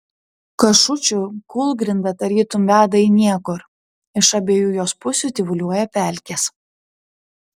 kašučių kūlgrinda tarytum veda į niekur iš abiejų jos pusių tyvuliuoja pelkės